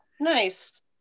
Nice